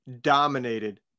dominated